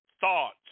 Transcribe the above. thoughts